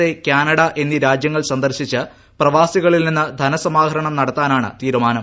A Canada എന്നീ രാജ്യങ്ങൾ സന്ദർശിച്ച് പ്രവാസികളിൽ നിന്ന് ധനസമാഹരണം നടത്താനാണ് തീരുമാനം